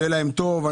כדי שיהיה להם טוב,